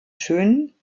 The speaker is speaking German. schönen